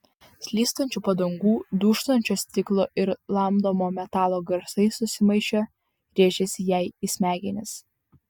slystančių padangų dūžtančio stiklo ir lamdomo metalo garsai susimaišę rėžėsi jai į smegenis